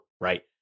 right